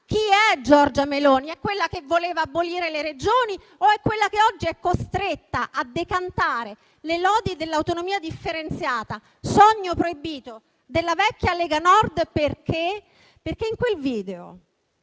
chi è Giorgia Meloni: quella che voleva abolire le Regioni o quella che oggi è costretta a decantare le lodi dell'autonomia differenziata, sogno proibito della vecchia Lega Nord? In quel video